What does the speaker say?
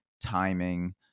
timing